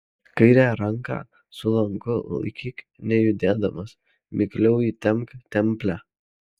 kairę ranką su lanku laikyk nejudėdamas mikliau įtempk templę